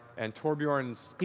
and torbjorn's.